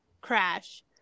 crash